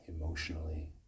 emotionally